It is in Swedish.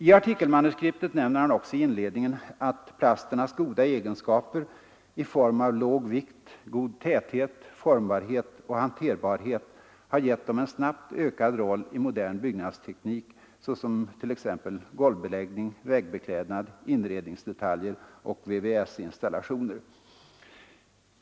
I artikelmanuskriptet nämner han också i inledningen att plasternas goda egenskaper i form av låg vikt, god täthet, formbarhet och hanterbarhet har gett dem en snabbt ökad roll i modern byggnadsteknik — såsom t.ex. för golvbeläggning, väggbeklädnad, inredningsdetaljer och VVS-installationer.